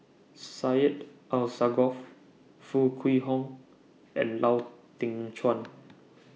Syed Alsagoff Foo Kwee Horng and Lau Teng Chuan